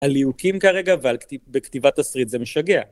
על ליהוקים כרגע ועל כתיבת תסריט זה משגע